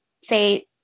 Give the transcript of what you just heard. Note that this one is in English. say